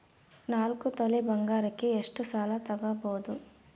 ನಾಲ್ಕು ತೊಲಿ ಬಂಗಾರಕ್ಕೆ ಎಷ್ಟು ಸಾಲ ತಗಬೋದು?